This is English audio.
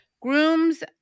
Groom's